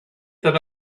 that